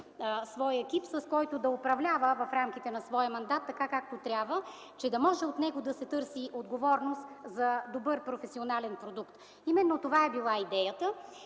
екип, с който да управлява в рамките на мандата си така, както трябва, че от него да може да се търси отговорност за добър професионален продукт. Именно това е била идеята.